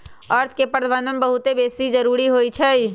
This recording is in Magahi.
अर्थ के प्रबंधन बहुते बेशी जरूरी होइ छइ